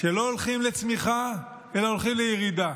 שלא הולכים לצמיחה אלא הולכים לירידה,